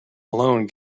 alone